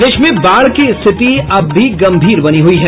प्रदेश में बाढ़ की स्थिति अब भी गंभीर बनी हुई है